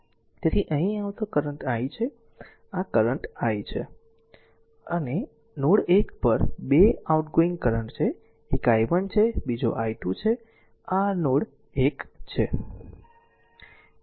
તેથી અહીં આવતો કરંટ i છે આ કરંટ i છે અને નોડ 1 પર 2 2 આઉટગોઇંગ કરંટ છે એક i1 છે બીજો i2 છે આ r નોડ 1 છે